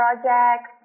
project